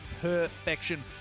perfection